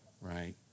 Right